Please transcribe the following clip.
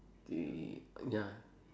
the ya